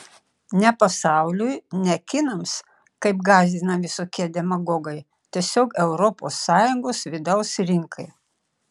ne pasauliui ne kinams kaip gąsdina visokie demagogai tiesiog europos sąjungos vidaus rinkai